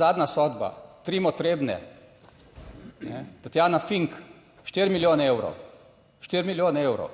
Zadnja sodba Trimo Trebnje, Tatjana Fink, 4 milijone evrov, pogojna obsodba